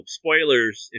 spoilers